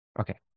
Okay